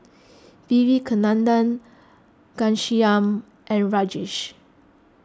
Vivekananda Ghanshyam and Rajesh